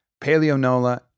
PaleoNola